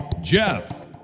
Jeff